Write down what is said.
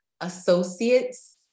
associates